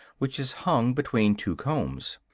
which is hung between two combs.